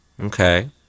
Okay